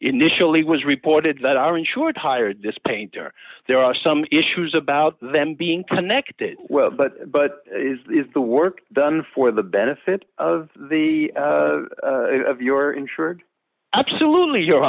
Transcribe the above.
initially was reported that are insured hired this painter there are some issues about them being connected but but is the work done for the benefit of the of your insured absolutely you